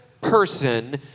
person